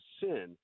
sin